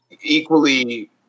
equally